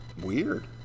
weird